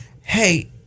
hey